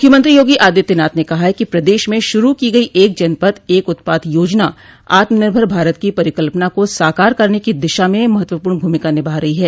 मुख्यमंत्री योगी आदित्यनाथ ने कहा है कि प्रदेश में शुरू की गई एक जनपद एक उत्पाद योजना आत्मनिर्भर भारत की परिकल्पना को साकार करने की दिशा में महत्वपूर्ण भूमिका निभा रही है